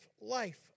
life